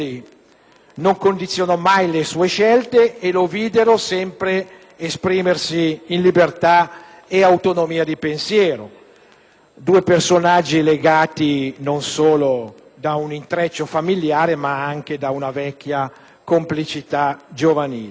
non condizionò mai le sue scelte, che lo videro sempre esprimersi in libertà e autonomia di pensiero. Due personaggi legati non solo da un intreccio familiare, ma anche da una vecchia complicità giovanile.